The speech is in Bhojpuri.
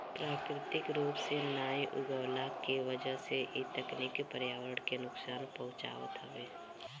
प्राकृतिक रूप से नाइ उगवला के वजह से इ तकनीकी पर्यावरण के नुकसान पहुँचावत हवे